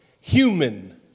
human